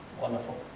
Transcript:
Wonderful